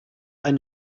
ein